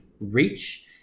reach